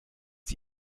sie